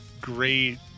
great